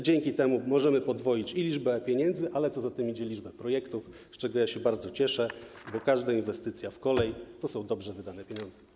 Dzięki temu możemy podwoić liczbę pieniędzy, a co za tym idzie - liczbę projektów, z czego bardzo się cieszę, bo każda inwestycja w kolej to dobrze wydane pieniądze.